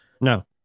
No